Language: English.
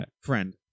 Friend